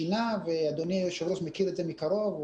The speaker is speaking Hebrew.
אדוני היושב-ראש מכיר את זה מקרוב,